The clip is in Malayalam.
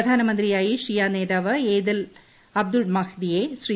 പ്രധാനമന്ത്രിയായി ഷിയ നേതാവ് ഏദൽ അബ്ദുൾ മഹ്ദിയെ ശ്രീ